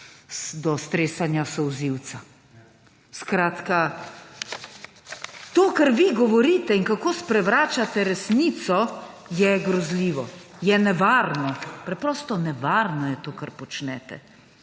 do stresanja solzivca. To, kar vi govorite in kako sprevračate resnico, je grozljivo, je nevarno. Preprosto nevarno je to, kar počnete.